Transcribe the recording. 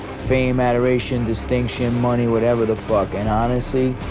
fame, adoration, distinction, money whatever the fuck and honestly,